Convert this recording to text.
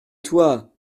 toi